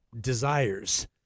desires